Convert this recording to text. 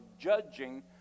judging